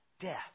death